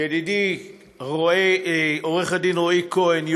ידידי עורך-דין רועי כהן,